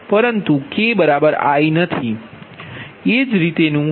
તો એ જ રીતેનું ડાયાગોનલ તત્વ J4છે